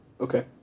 Okay